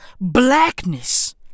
blackness